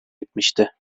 etmişti